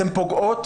אתם פוגעים